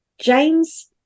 James